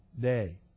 day